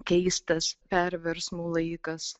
keistas perversmų laikas